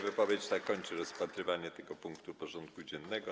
Wypowiedź ta kończy rozpatrywanie tego punktu porządku dziennego.